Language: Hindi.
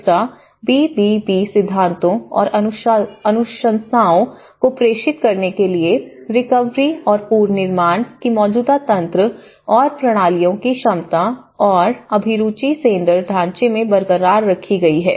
दूसरा बी बी बी सिद्धांतों और अनुशंसाओं को प्रेषित करने के लिए रिकवरी और पुनर्निर्माण की मौजूदा तंत्र और प्रणालियों की क्षमता और अभिरुचि सेंडर ढांचे में बरकरार रखी गई है